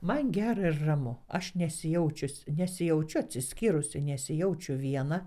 man gera ir ramu aš nesijaučiu nesijaučiu atsiskyrusi nesijaučiu viena